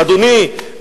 אדוני,